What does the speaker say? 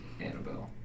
Annabelle